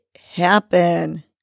happen